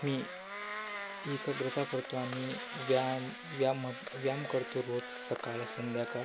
मी एकाग्रता करतो आणि व्यायाम व्यायाम व्यायाम करतो रोज सकाळ संध्याकाळ